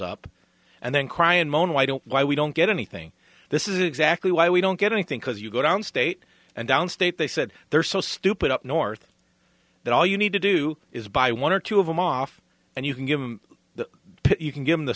up and then cry and moan why don't why we don't get anything this is exactly why we don't get anything because you go down state and down state they said they are so stupid up north that all you need to do is buy one or two of them off and you can give them the you can give the